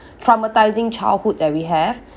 traumatising childhood that we have